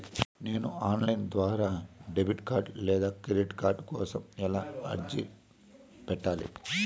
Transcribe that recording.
నేను online ద్వారా debit card లేదా క్రెడిట్ కార్డు కోసం ఎలా అర్జీ పెట్టాలి?